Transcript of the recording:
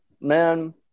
man